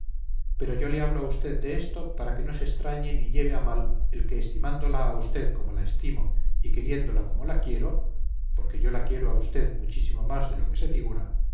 pero yo le hablo a usted de esto para que no extrañe ni lleve a mal el que estimándola a usted como la estimo y queriéndola como la quiero porque yo la quiero a usted muchísimo más de lo que se figura no corte por lo sano y diga basta de requilorios hija del